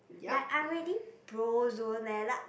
like I really bro zone leh like